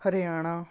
Haryana